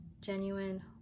genuine